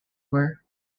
were